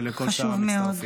ולכל שאר המצטרפים.